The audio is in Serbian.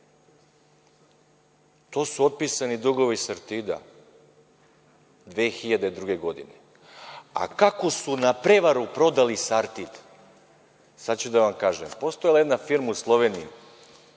su otpisani dugovi „Sartida“ 2002. godine, a kako su na prevaru prodali „Sartid“? Sad ću da vam kažem. Postojala je jedna firma u Sloveniji